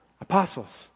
Apostles